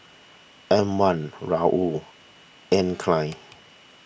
M one Raoul Anne Klein